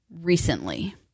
recently